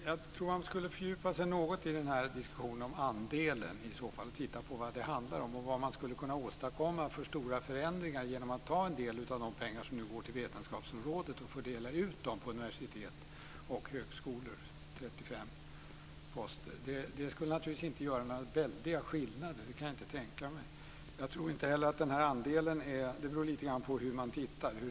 Fru talman! Jag ska nu fördjupa mig i diskussionen om andelen och titta på vad det handlar om och vad man skulle kunna åstadkomma för stora förändringar genom att ta i anspråk en del av de pengar som går till vetenskapsrådet och fördela dem på universitet och högskolor - 35 poster. Att detta skulle göra några väldiga skillnader kan jag inte tänka mig. Det beror också på hur man räknar.